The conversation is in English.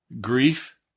grief